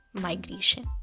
migration